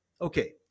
Okay